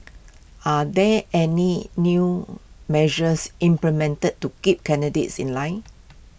are there any new measures implemented to keep candidates in line